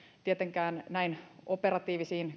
tietenkään näin operatiivinen